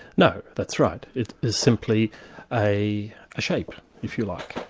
no, that's right. it is simply a shape, if you like.